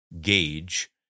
gauge